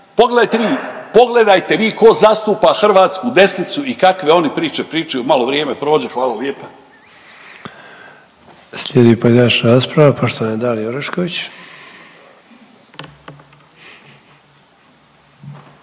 pogledajte vi tko zastupa hrvatsku desnicu i kakve oni priče pričaju. Malo vrijeme prođe, hvala vam lijepo.